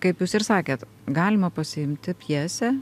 kaip jūs ir sakėt galima pasiimti pjesę